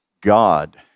God